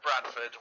Bradford